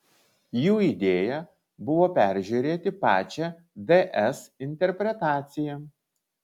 jų idėja buvo peržiūrėti pačią ds interpretaciją